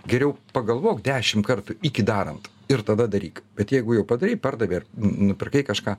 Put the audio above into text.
geriau pagalvok dešim kartų iki darant ir tada daryk bet jeigu jau padarei pardavei ar nupirkai kažką